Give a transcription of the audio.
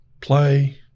play